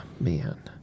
Man